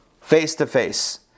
face-to-face